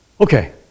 Okay